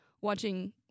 watching